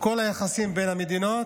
כל היחסים בין המדינות,